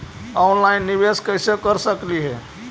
Online निबेस कैसे कर सकली हे?